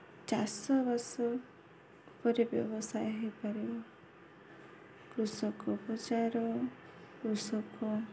ଚାଷବାସ ଉପରେ ବ୍ୟବସାୟ ହୋଇପାରିବ କୃଷକ ବଜାର କୃଷକ